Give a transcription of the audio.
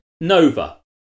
Nova